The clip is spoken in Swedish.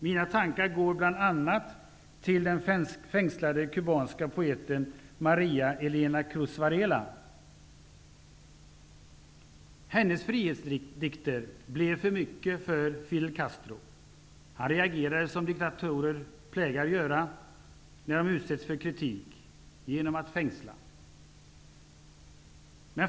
Mina tankar går bl.a. till den fängslade kubanska poeten Maria Elena Cruz Varela. Hennes frihetsdikter blev för mycket för Fidel Castro. Han reagerade som diktatorer plägar göra när de utsätts för kritik, nämligen genom att fängsla.